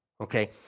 Okay